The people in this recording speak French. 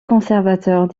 conservateurs